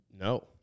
No